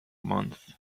month